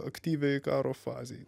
aktyviai karo fazei